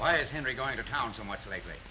why is henry going to town so much lately